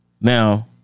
Now